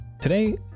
Today